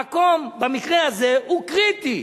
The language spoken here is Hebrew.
המקום במקרה הזה הוא קריטי.